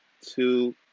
two